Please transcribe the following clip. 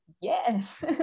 Yes